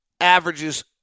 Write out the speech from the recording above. averages